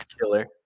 killer